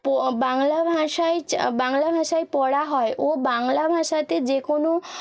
প বাংলা ভাষায় চা বাংলা ভাষায় পড়া হয় ও বাংলা ভাষাতে যে কোনো